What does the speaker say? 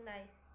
nice